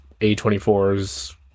A24's